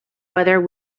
whether